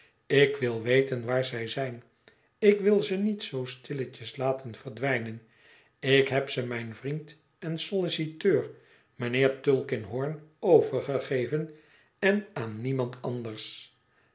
ik wil weten waar zij zijn ik wil ze niet zoo stilletjes laten verdwijnen ik heb ze mijn vriend en solliciteur mijnheer tulkinghorn overgegeven en aan niemand anders